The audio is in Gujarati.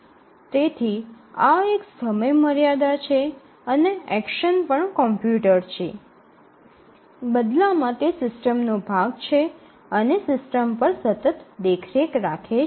તેથી ત્યાં એક સમયમર્યાદા છે અને એક્શન પણ કોમ્પ્યુટર છે બદલામાં તે સિસ્ટમનો એક ભાગ છે અને તે સિસ્ટમ પર સતત દેખરેખ રાખે છે